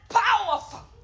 powerful